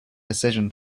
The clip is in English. decision